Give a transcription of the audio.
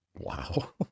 Wow